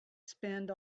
spend